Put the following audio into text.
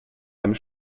einem